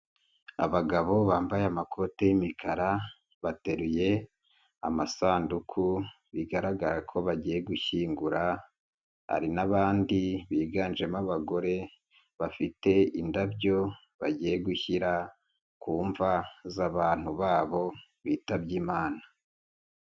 Abagabo bambaye amakote y'imikara bateruye amasanduku bigaragara ko bagiye gushyingura hari n'abandi biganjemo abagore bafite indabyo bagiye gushyira ku mva z'abantu babo bitabye imana.